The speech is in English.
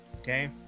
Okay